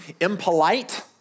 impolite